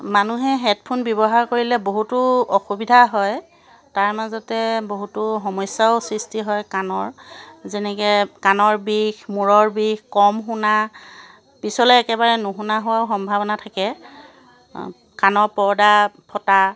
মানুহে হেডফোন ব্যৱহাৰ কৰিলে বহুতো অসুবিধা হয় তাৰ মাজতে বহুতো সমস্যাও সৃষ্টি হয় কাণৰ যেনেকৈ কাণৰ বিষ মূৰৰ বিষ কম শুনা পিছলৈ একেবাৰে নুশুনা হোৱাও সম্ভাৱনা থাকে কাণৰ পৰ্দা ফটা